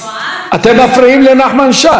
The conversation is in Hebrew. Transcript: אתם מפריעים לנחמן שי.